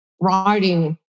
writing